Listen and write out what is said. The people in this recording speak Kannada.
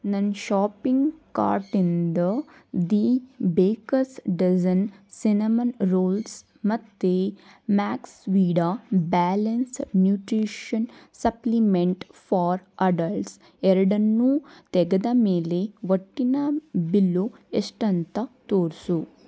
ನನ್ನ ಷಾಪಿಂಗ್ ಕಾರ್ಟಿಂದ the baker's dozen cinnamon rolls ಮತ್ತೆ Maxvida balance nutrition supplement for adults ಎರಡನ್ನೂ ತೆಗೆದ ಮೇಲೆ ಒಟ್ಟಿನ ಬಿಲ್ಲು ಎಷ್ಟಂತ ತೋರಿಸು